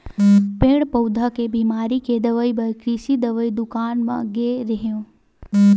पेड़ पउधा के बिमारी के दवई बर कृषि दवई दुकान म गे रेहेंव